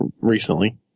recently